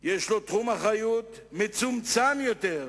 יש תחום אחריות מצומצם יותר,